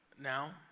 now